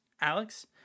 Alex